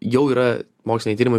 jau yra moksliniai tyrimai